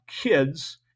kids